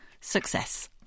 success